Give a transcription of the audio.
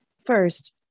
First